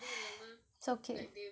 so K